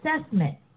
assessment